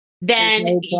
then-